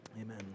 Amen